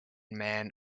man